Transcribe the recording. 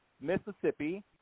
Mississippi